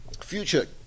Future